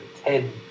ten